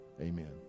amen